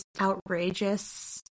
outrageous